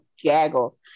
Gaggle